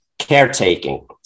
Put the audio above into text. caretaking